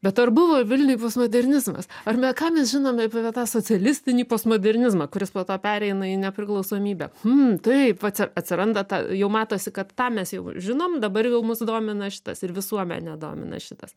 bet ar buvo vilniuj postmodernizmas ar na ką mes žinome apie va tą socialistinį postmodernizmą kuris po to pereina į nepriklausomybę m taip va čia atsiranda ta jau matosi kad tą mes jau žinom dabar jau mus domina šitas ir visuomenę domina šitas